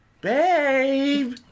Babe